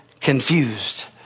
confused